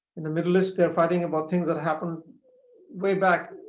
in the middle east they're fighting about things that happened way back